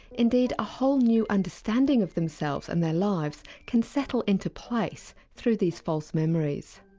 indeed a whole new understanding of themselves and their lives can settle into place through these false memories.